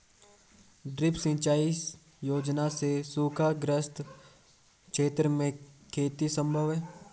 drip सिंचाई योजना से सूखाग्रस्त क्षेत्र में खेती सम्भव है